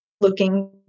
looking